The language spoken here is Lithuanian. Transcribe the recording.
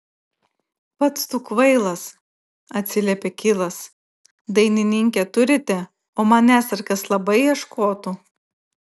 pats tu kvailas atsiliepė kilas dainininkę turite o manęs ar kas labai ieškotų